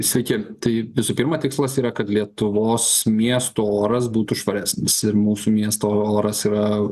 sveiki tai visų pirma tikslas yra kad lietuvos miestų oras būtų švaresnis ir mūsų miesto oras yra